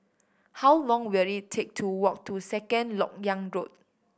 how long will it take to walk to Second Lok Yang Road